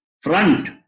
front